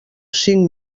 cinc